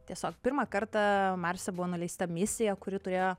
tiesiog pirmą kartą marse buvo nuleista misija kuri turėjo